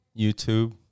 YouTube